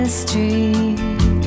street